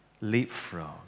leapfrog